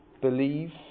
believe